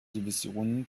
division